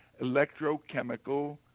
electrochemical